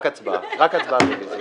רק הצבעה.